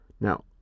Now